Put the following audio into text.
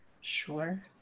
Sure